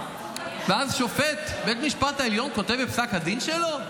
אז שופט בית המשפט העליון כותב בפסק הדין שלו: